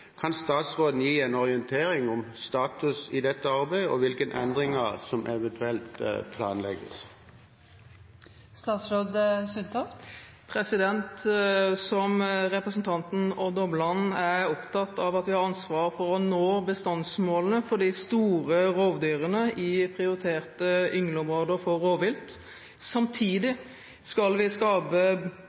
Kan statsråden gi en orientering om status i dette arbeidet, og hvilke endringer som eventuelt planlegges?» Som representanten Odd Omland er jeg opptatt av at vi har ansvar for å nå bestandsmålene for de store rovdyrene i prioriterte yngleområder for rovvilt. Samtidig skal vi skape